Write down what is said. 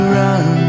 run